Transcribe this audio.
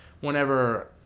whenever